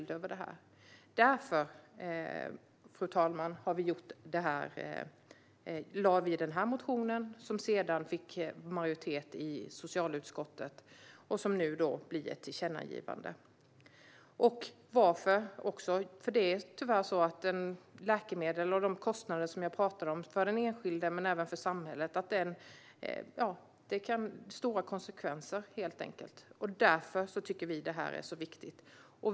Därför, fru talman, lade vi fram denna motion, vilken sedan en majoritet i socialutskottet ställde sig bakom. Motionen har nu blivit ett tillkännagivande. Varför? Det är tyvärr så att kostnaderna för den enskilde och för samhället när det gäller läkemedel kan ge stora konsekvenser. Därför tycker vi att förslaget är så viktigt.